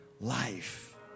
life